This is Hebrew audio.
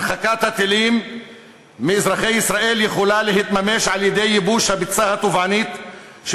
הרחקת הטילים מאזרחי ישראל יכולה להתממש על-ידי ייבוש הביצה הטובענית של